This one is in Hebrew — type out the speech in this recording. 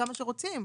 כמה שרוצים.